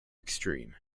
extreme